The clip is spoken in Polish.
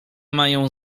mają